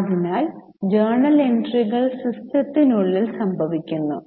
അതിനാൽ ജേണൽ എൻട്രികൾ സിസ്റ്റത്തിനുള്ളിൽ സംഭവിക്കുന്നു